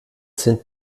sind